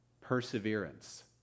perseverance